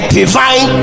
divine